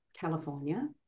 California